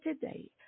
today